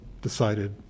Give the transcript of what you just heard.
decided